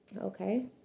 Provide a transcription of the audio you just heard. Okay